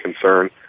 concern